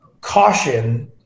caution